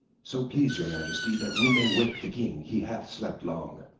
so please your majesty that we may wake the king he hath slept long.